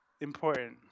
important